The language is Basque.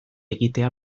egitea